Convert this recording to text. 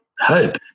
hope